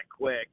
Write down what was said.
quick